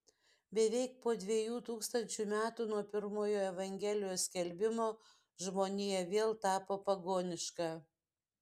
beveik po dviejų tūkstančių metų nuo pirmojo evangelijos skelbimo žmonija vėl tapo pagoniška